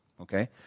okay